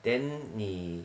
then 你